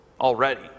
already